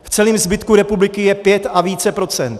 V celém zbytku republiky je 5 a více procent.